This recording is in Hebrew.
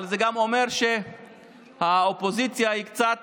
אבל זה גם אומר שהאופוזיציה היא קצת